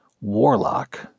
Warlock